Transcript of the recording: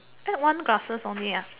add one glasses only